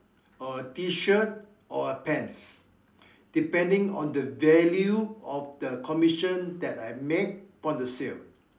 or T-shirt or a pants depending on the value on the commission that I make from the sale